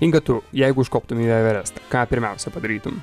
inga tu jeigu užkoptum į everestą ką pirmiausia padarytum